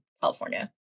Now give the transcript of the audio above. California